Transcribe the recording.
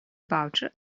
voucher